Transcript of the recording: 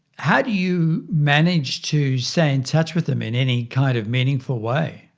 how do you manage to stay in touch with them in any kind of meaningful way?